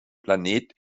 planet